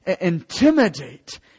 intimidate